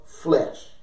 flesh